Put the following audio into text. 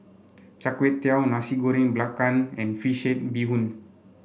Char Kway Teow Nasi Goreng Belacan and fish head Bee Hoon